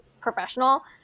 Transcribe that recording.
professional